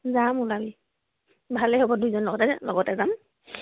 যাম ওলাবি ভালেই হ'ব দুইজনী লগতে লগতে যাম